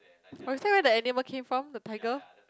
was that where the animal came from the tiger